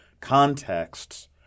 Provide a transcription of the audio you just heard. contexts